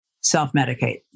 self-medicate